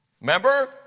Remember